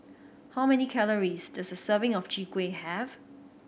how many calories does a serving of Chwee Kueh have